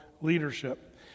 leadership